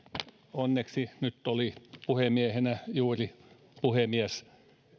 onneksi nyt oli puhemiehenä juuri puhemies